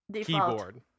keyboard